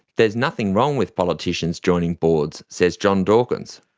there's nothing wrong with politicians joining boards, says john dawkins.